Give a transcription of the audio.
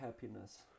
happiness